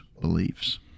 beliefs